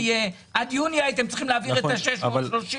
עד יוני הייתם צריכים להעביר את ה-630 מיליון,